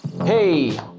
Hey